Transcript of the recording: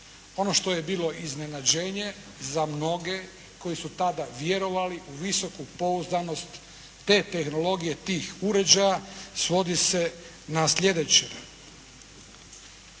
Ono što je bilo iznenađenje za mnoge koji su tada vjerovali u visoku pouzdanost te tehnologije tih uređaja svodi se na sljedeće: